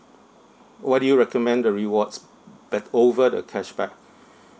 why do you recommend the rewards bet~ over the cashback